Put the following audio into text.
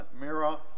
Mira